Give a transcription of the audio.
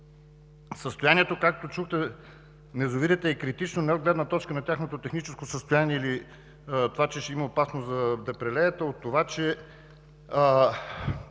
Състоянието, както чухте, на язовирите е критично не от гледна точка на тяхното техническо състояние или това че ще има опасност да прелеят, а от това, че